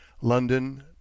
London